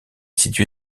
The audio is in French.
situé